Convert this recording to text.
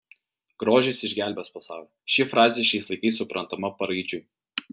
grožis išgelbės pasaulį ši frazė šiais laikais suprantama paraidžiui